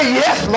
yes